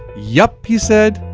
yup, he said,